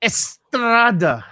Estrada